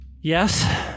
Yes